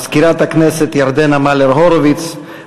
מזכירת הכנסת ירדנה מלר-הורוביץ,